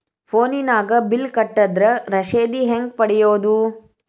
ಫೋನಿನಾಗ ಬಿಲ್ ಕಟ್ಟದ್ರ ರಶೇದಿ ಹೆಂಗ್ ಪಡೆಯೋದು?